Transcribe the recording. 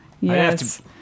yes